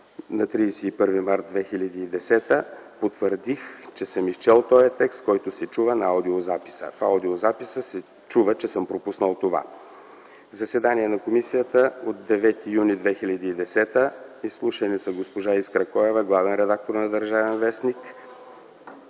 на 31 март 2010 г. –„ ...потвърдих, че аз съм изчел тоя текст, който се чува на аудиозаписа. В аудиозаписа се чува, че съм пропуснал това”. В заседание на комисията на 9 юни 2010 г. изслушани са: Госпожа Искра Коева – главен редактор на „Държавен вестник”,